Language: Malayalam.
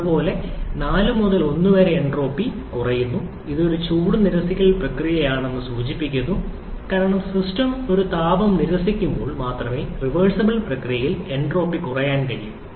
അതുപോലെ 4 മുതൽ 1 വരെ എൻട്രോപ്പി കുറയുന്നു ഇത് ഒരു ചൂട് നിരസിക്കൽ പ്രക്രിയയാണെന്ന് സൂചിപ്പിക്കുന്നു കാരണം സിസ്റ്റം ഒരു താപം നിരസിക്കുമ്പോൾ മാത്രമേ റിവേർസിബിൾ പ്രക്രിയയിൽ എൻട്രോപ്പി കുറയാൻ കഴിയൂ